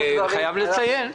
אני חייב לציין.